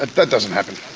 that doesn't happen.